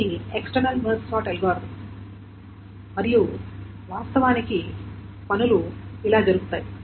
ఇది external merge sort algorithm మరియు వాస్తవానికి పనులు ఇలా జరుగుతాయి